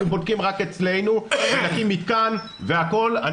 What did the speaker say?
אנחנו בודקים רק אצלנו ונקים מתקן והכול.